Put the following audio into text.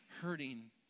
hurting